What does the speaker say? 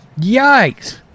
Yikes